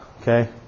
okay